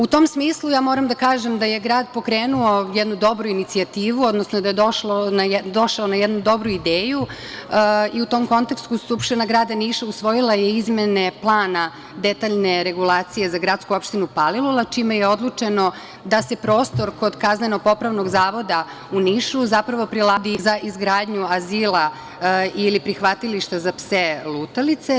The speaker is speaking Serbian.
U tom smislu, moram da kažem da je grad pokrenuo jednu dobru inicijativu, odnosno da je došao na jednu dobru ideju i u tom kontekstu Skupština grada Niša usvojila je izmene plana detaljne regulacije za gradsku opštinu Palilula, čime je odlučeno da se prostor kod kazneno-popravnog zavoda u Nišu zapravo prilagodi za izgradnju azila ili prihvatilišta za pse lutalice.